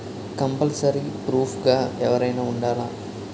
Compulsory proof గా ఎవరైనా ఉండాలా?